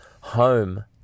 home